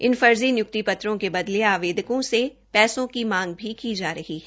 इन फर्जी निय्क्ति पत्रों को बदले आवेदकों से पैसा की मांग भी की जा रही है